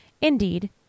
Indeed